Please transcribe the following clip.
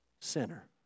sinner